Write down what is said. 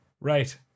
Right